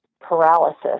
paralysis